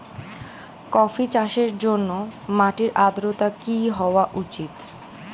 Coffee চাষের জন্য মাটির আর্দ্রতা কি হওয়া উচিৎ?